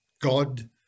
God